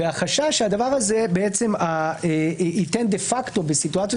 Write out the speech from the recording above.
והחשש שהדבר הזה ייתן דה-פקטו בסיטואציות